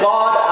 God